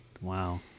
Wow